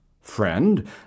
Friend